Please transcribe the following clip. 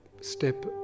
step